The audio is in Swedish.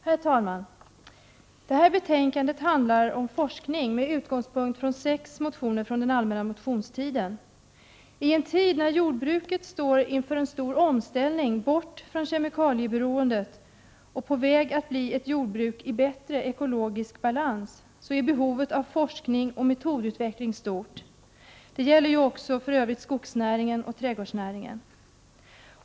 Herr talman! Det här betänkandet handlar om forskning, med utgångspunkt från sex motioner från den allmänna motionstiden. I en tid när jordbruket står inför en stor omställning, bort från kemikalieberoendet, och är på väg att bli ett jordbruk i bättre ekologisk balans, är behovet av forskning och metodutveckling stort. Det gäller för övrigt också skogsnäringen och trädgårdsnäringen.